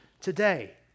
today